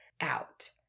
out